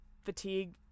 fatigue